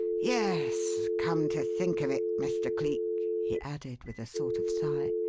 yes, come to think of it, mr. cleek, he added with a sort of sigh,